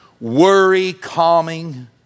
worry-calming